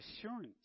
assurance